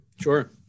Sure